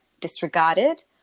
disregarded